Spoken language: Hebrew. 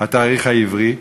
התאריך העברי.